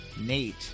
Nate